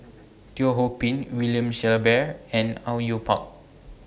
Teo Ho Pin William Shellabear and Au Yue Pak